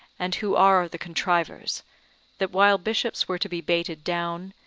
and who are the contrivers that while bishops were to be baited down,